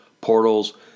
portals